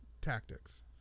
Tactics